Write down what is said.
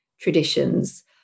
traditions